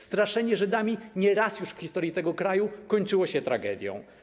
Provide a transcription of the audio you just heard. Straszenie Żydami nie raz już w historii tego kraju kończyło się tragedią.